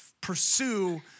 pursue